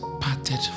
parted